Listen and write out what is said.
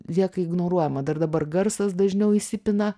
lieka ignoruojama dar dabar garsas dažniau įsipina